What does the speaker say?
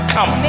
Come